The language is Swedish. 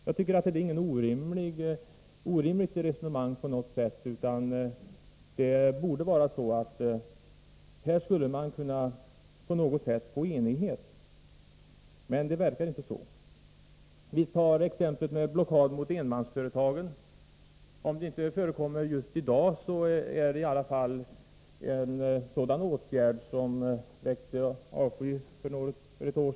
Det är inte något orimligt resonemang, utan man borde på något sätt kunna få enighet på den punkten. Men det verkar inte som om det skulle gå. Låt mig också som exempel nämna blockad mot enmansföretag. Även om det inte förekommer just i dag, väckte ändå sådana åtgärder avsky för något år sedan.